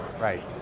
Right